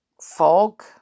fog